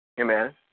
amen